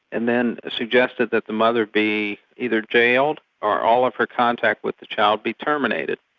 and then suggested that the mother be either jailed or all of her contact with the child be terminated.